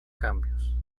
cambios